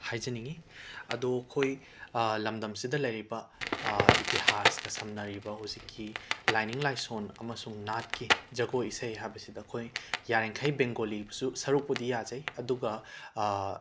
ꯍꯥꯏꯖꯅꯤꯡꯏ ꯑꯗꯣ ꯑꯩꯈꯣꯏ ꯂꯝꯗꯝꯁꯤꯗ ꯂꯩꯔꯤꯕ ꯏꯇꯤꯍꯥꯁꯀ ꯁꯝꯅꯔꯤꯕ ꯍꯧꯖꯤꯛꯀꯤ ꯂꯥꯏꯅꯤꯡ ꯂꯥꯏꯁꯣꯟ ꯑꯃꯁꯨꯡ ꯅꯥꯠꯀꯤ ꯖꯒꯣꯏ ꯏꯁꯩ ꯍꯥꯏꯕꯁꯤꯗ ꯑꯩꯈꯣꯏ ꯌꯥꯔꯤꯡꯈꯩ ꯕꯦꯡꯒꯣꯂꯤꯕꯨꯁꯨ ꯁꯔꯨꯛꯄꯨꯗꯤ ꯌꯥꯖꯩ ꯑꯗꯨꯒ